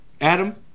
adam